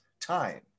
time